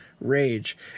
Rage